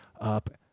up